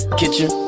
kitchen